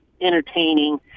entertaining